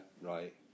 Right